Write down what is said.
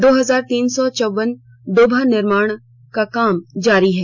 दो हजार तीन सौ चौवन डोभा निर्माण पर काम जारी है